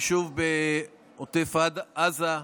יישוב בעוטף עזה.